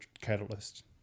catalyst